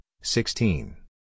sixteen